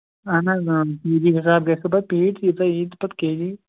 اَہَن حظ ییٚتی حِساب گژھِ سۅ پَتہٕ پیٖٹۍ ییٖژاہ یِیہِ نہٕ پَتہٕ کیوِی